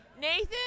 Nathan